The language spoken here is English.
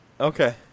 Okay